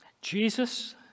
Jesus